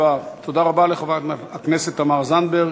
תודה לחברת הכנסת תמר זנדברג.